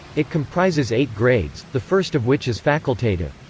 it comprises eight grades, the first of which is facultative.